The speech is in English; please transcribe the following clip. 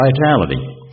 vitality